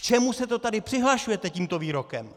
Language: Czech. K čemu se to tady přihlašujete tímto výrokem?